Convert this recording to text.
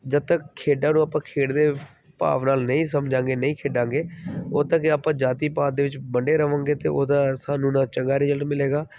ਜਦੋਂ ਤੱਕ ਖੇਡਾਂ ਨੂੰ ਆਪਾਂ ਖੇਡ ਦੇ ਭਾਵ ਨਾਲ ਨਹੀਂ ਸਮਝਾਂਗੇ ਨਹੀਂ ਖੇਡਾਂਗੇ ਉਦੋਂ ਤੱਕ ਆਪਾਂ ਜਾਤੀ ਪਾਤ ਦੇ ਵਿੱਚ ਵੰਡੇ ਰਵਾਂਗੇ ਅਤੇ ਉਹਦਾ ਸਾਨੂੰ ਨਾ ਚੰਗਾ ਰਿਜਲਟ ਮਿਲੇਗਾ